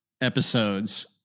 episodes